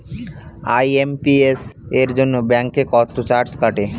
IMPS এর জন্য bank কত চার্জ কাটে?